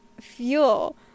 Fuel